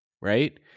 right